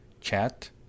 chat